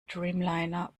dreamliner